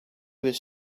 was